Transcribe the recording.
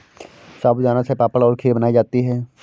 साबूदाना से पापड़ और खीर बनाई जाती है